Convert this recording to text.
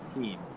team